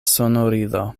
sonorilo